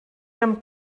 érem